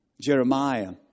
Jeremiah